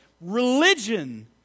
Religion